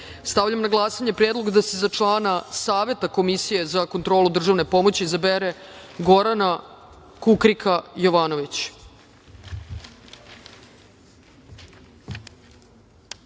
pomoći. Stavljam na glasanje predlog da se za člana Saveta Komisije za kontrolu državne pomoći izabere Gorana Kukrika